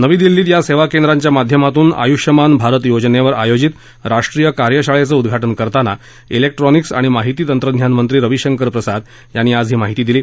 नवी दिल्लीत या सेवा केंद्रांच्या माध्यमातून आयुष्यमान भारत योजनेवर आयोजित राष्ट्रीय कार्यशाळेचं उद्घाटन करताना जिक्ट्रॉनिक्स आणि माहिती तंत्रज्ञान मंत्री रविशंकर प्रसाद यांनी आज ही माहिती दिली